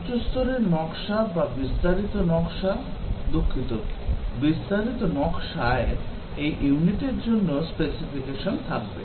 উচ্চ স্তরের নকশা বা বিস্তারিত নকশা দুঃখিত বিস্তারিত নকশায় এই ইউনিটের জন্য স্পেসিফিকেশন থাকবে